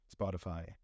Spotify